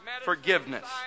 forgiveness